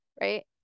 right